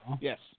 Yes